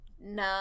No